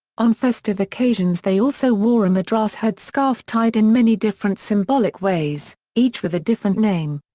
on festive occasions they also wore a madras head scarf tied in many different symbolic ways, each with a different name.